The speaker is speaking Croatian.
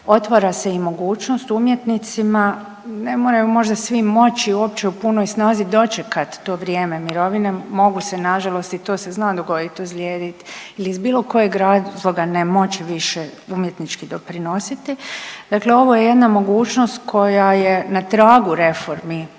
otvara se i mogućnost umjetnicima, ne moraju možda svi moći uopće u punoj snazi dočekati to vrijeme mirovine, mogu se nažalost i to se zna dogoditi, ozlijediti ili iz bilo kojeg razloga ne moći više umjetnički doprinositi. Dakle ovo je jedna mogućnost koja je na tragu reformi